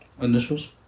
Initials